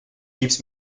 keeps